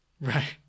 Right